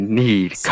need